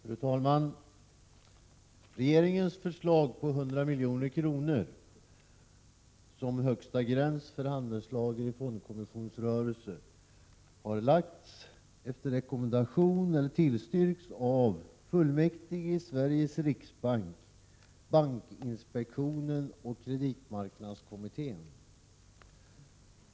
Fru talman! Regeringens förslag om 100 milj.kr. som högsta gräns för handelslager i fondkommissionsrörelse har lagts fram efter rekommendation eller tillstyrkan av fullmäktige i Sveriges riksbank, bankinspektionen och kreditmarknadskommittén.